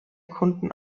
kunden